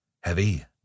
Heavy